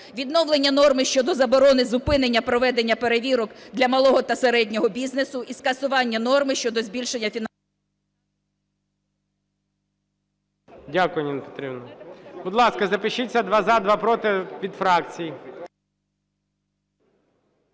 відновлення норми щодо заборони зупинення проведення перевірок для малого та середнього бізнесу і скасування норми щодо збільшення… ГОЛОВУЮЧИЙ.